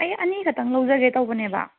ꯑꯩ ꯑꯅꯤꯈꯛꯇꯪ ꯂꯧꯖꯒꯦ ꯇꯧꯕꯅꯦꯕ